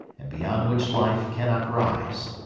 and beyond which life cannot rise.